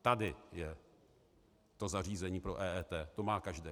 Tady je to zařízení pro EET, to má každý.